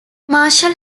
marshall